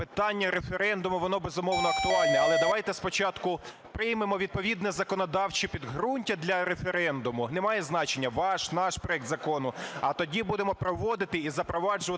питання референдуму, воно, безумовно, актуальне. Але давайте спочатку приймемо відповідне законодавче підґрунтя для референдуму, не має значення ваш, наш проект закону, а тоді будемо проводити і запроваджувати